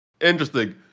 Interesting